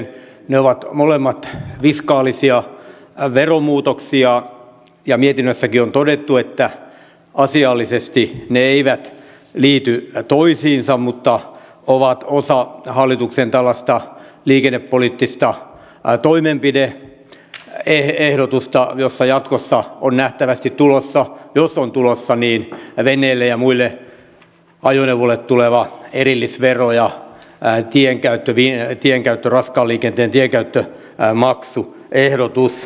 ne ovat molemmat fiskaalisia veromuutoksia ja mietinnössäkin on todettu että asiallisesti ne eivät liity toisiinsa mutta ovat osa tällaista hallituksen liikennepoliittista toimenpide ehdotusta jossa jatkossa on nähtävästi tulossa jos on tulossa veneille ja muille ajoneuvoille erillisvero ja äitien käyttävien äitien käyttö rataliikenteen raskaan liikenteen tienkäyttömaksuehdotus